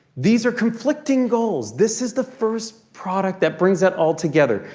these are conflicting goals. this is the first product that brings that all together.